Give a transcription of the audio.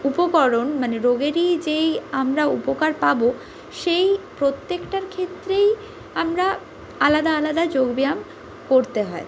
উপকরণ মানে রোগেরই যেই আমরা উপকার পাবো সেই প্রত্যেকটার ক্ষেত্রেই আমরা আলাদা আলাদা যোগব্যায়াম করতে হয়